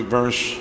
verse